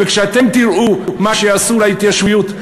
וכשאתם תראו מה שיעשו להתיישבות,